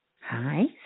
Hi